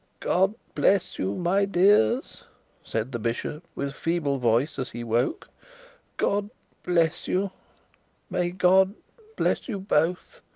god bless you, my dears said the bishop with feeble voice as he woke god bless you may god bless you both,